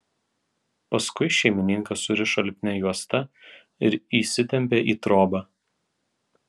paskui šeimininką surišo lipnia juosta ir įsitempė į trobą